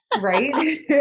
Right